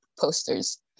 posters